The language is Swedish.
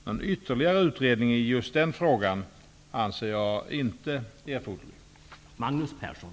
Någon ytterligare utredning i just den frågan anser jag inte erforderlig.